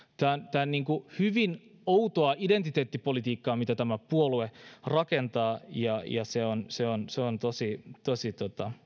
tämä on hyvin outoa identiteettipolitiikkaa mitä tämä puolue rakentaa ja ja sitä on tosi tosi